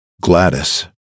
Gladys